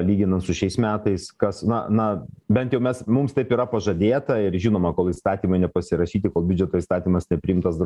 lyginant su šiais metais kas na na bent jau mes mums taip yra pažadėta ir žinoma kol įstatymai nepasirašyti kol biudžeto įstatymas nepriimtas dar